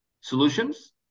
solutions